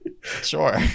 sure